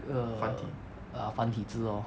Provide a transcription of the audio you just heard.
err ya 繁体字 lor